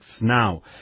now